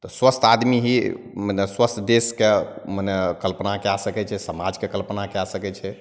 तऽ स्वस्थ आदमी ही मने स्वस्थ देशके मने कल्पना कै सकै छै समाजके कल्पना कै सकै छै